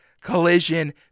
collision